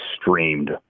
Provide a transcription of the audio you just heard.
streamed